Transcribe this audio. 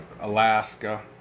Alaska